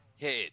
head